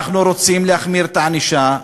אנחנו רוצים להחמיר את הענישה.